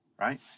Right